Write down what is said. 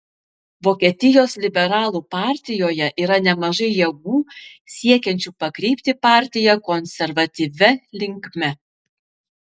vokietijos liberalų partijoje yra nemažai jėgų siekiančių pakreipti partiją konservatyvia linkme